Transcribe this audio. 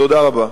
תודה רבה.